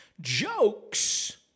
Jokes